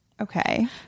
Okay